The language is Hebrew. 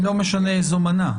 לא משנה איזו מנה.